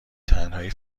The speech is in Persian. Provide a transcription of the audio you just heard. تنهایی